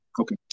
Okay